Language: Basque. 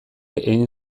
egin